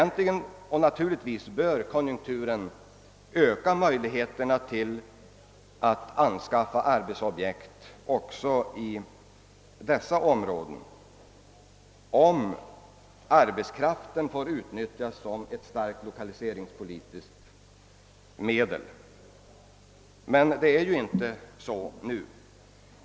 Naturligtvis bör den förbättrade konjunkturen öka möjligheterna att anskaffa arbetsobjekt också i dessa områden, om arbetskraften får utnyttjas som ett starkt lokaliseringspolitiskt medel, men förhållandet är inte sådant nu.